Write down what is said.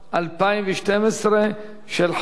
אין